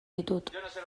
ditut